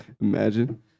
Imagine